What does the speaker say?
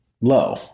low